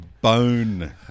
bone